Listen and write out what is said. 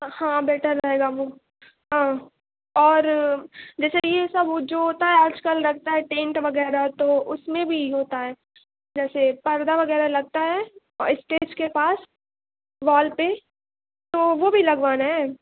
ہاں بیٹر رہے گا وہ ہاں اور دیکھیے یہ سب وہ جو ہوتا ہے آج کل لگتا ہے ٹینٹ وغیرہ تو اس میں بھی ہوتا ہے جیسے پردہ وغیرہ لگتا ہے اور اسٹیج کے پاس وال پہ تو وہ بھی لگوانا ہے